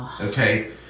Okay